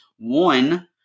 One